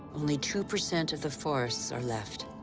only two percent of the forests are left.